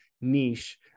niche